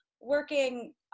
working